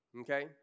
okay